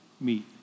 meet